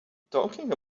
talking